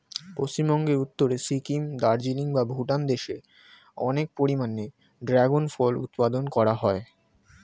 পশ্চিমবঙ্গের উত্তরে সিকিম, দার্জিলিং বা ভুটান দেশে অনেক পরিমাণে ড্রাগন ফল উৎপাদন করা হয়